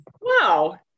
wow